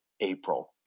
April